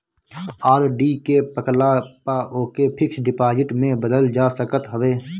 RD के पकला पअ ओके फिक्स डिपाजिट में बदल जा सकत हवे